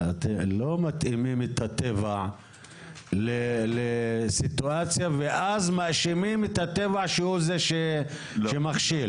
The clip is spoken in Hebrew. לא מתאימים את הטבע לסיטואציה ואז מאשימים את הטבע שהוא זה שמכשיל.